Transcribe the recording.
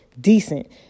decent